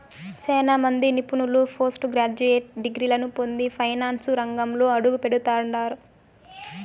సేనా మంది నిపుణులు పోస్టు గ్రాడ్యుయేట్ డిగ్రీలని పొంది ఫైనాన్సు రంగంలో అడుగుపెడతండారు